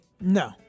No